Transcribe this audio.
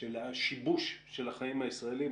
של השיבוש של החיים הישראליים.